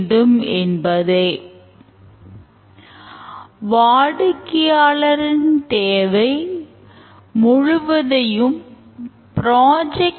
மேலும் இந்த மாடல் உருவாக்கத்தின்போது தேவைகளை சமநிலையில் வைத்துக்கொள்ள உதவுகிறது